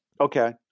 okay